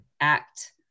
Act